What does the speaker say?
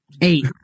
Eight